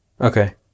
Okay